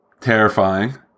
terrifying